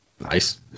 Nice